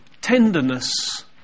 tenderness